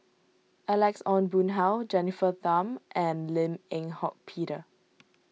Alex Ong Boon Hau Jennifer Tham and Lim Eng Hock Peter